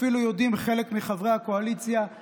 אפילו יודעים חלק מחברי הקואליציה,